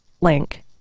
Link